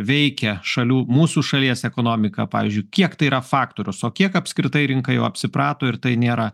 veikia šalių mūsų šalies ekonomiką pavyzdžiui kiek tai yra faktorius o kiek apskritai rinka jau apsiprato ir tai nėra